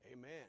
Amen